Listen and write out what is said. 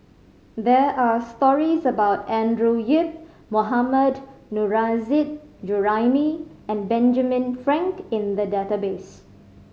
there are stories about Andrew Yip Mohammad Nurrasyid Juraimi and Benjamin Frank in the database